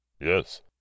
Yes